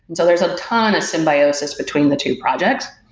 and so there's a ton of symbiosis between the two projects,